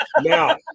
Now